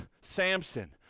Samson